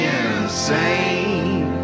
insane